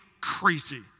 crazy